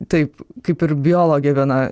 taip kaip ir biologė viena